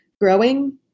growing